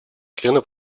члены